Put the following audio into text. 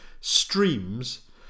streams